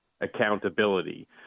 accountability